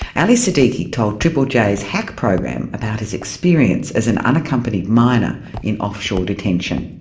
ali sadiqi told triple j's hack program about his experience as an unaccompanied minor in offshore detention.